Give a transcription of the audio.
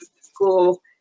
school